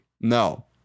No